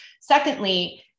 Secondly